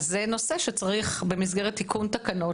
זה נושא שצריך לעשות במסגרת תיקון תקנות.